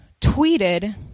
tweeted